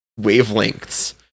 wavelengths